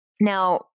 Now